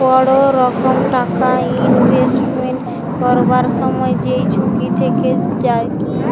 বড় রকম টাকা ইনভেস্টমেন্ট করবার সময় যেই ঝুঁকি থেকে যায়